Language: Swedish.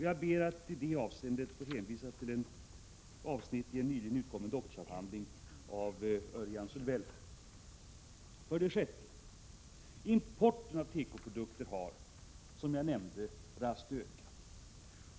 Jag ber att i det avseendet få hänvisa till tankegångar i en nyligen utkommen doktorsavhandling av Örjan Sölvell. 6. Importen av tekoprodukter har, som jag nämnde, raskt ökat.